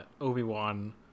Obi-Wan